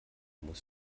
muss